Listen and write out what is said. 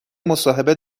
مصاحبه